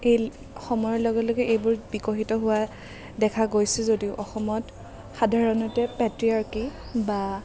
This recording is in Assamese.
এই সময়ৰ লগে লগে এইবোৰ বিকশিত হোৱা দেখা গৈছে যদিও অসমত সাধাৰণতে পেত্ৰীয়াৰ্কী বা